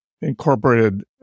incorporated